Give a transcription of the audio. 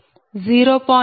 2 0